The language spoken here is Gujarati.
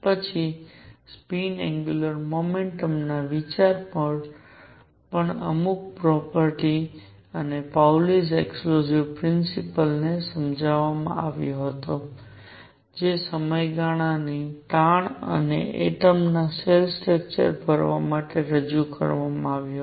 પછી સ્પિન એંગ્યુલર મોમેન્ટ નો વિચાર પણ અમુક પ્રોપર્ટીસપાઉલી એક્ષક્લુશન પ્રિન્સિપલ ને સમજાવવા માટે આવ્યો હતો જે સમયગાળાની તાણ અને એટમ શેલ સ્ટ્રકચર ભરવા માટે રજૂ કરવામાં આવ્યો હતો